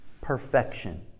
Perfection